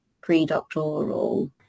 pre-doctoral